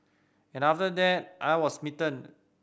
and after that I was smitten